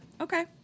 Okay